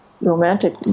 romantic